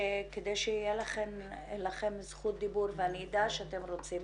כדי שיהיה לכם זכות דיבור ואני אדע שאתם רוצים